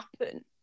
happen